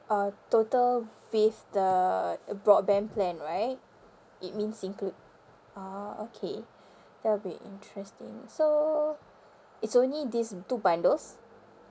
uh total with the broadband plan right it means include ah okay that will be interesting so it's only these two bundles